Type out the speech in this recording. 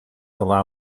allow